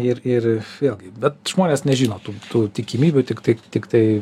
ir ir vėlgi bet žmonės nežino tų tų tikimybių tiktai tiktai